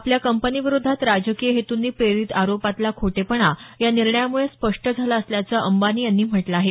आपल्या कंपनीविरोधात राजकीय हेतुंनी प्रेरित आरोपातला खोटेपणा या निर्णयामुळे स्पष्ट झाला असल्याचं अंबानी यांनी म्हटलं आहे